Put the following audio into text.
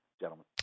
gentlemen